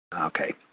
Okay